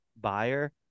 buyer